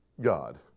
god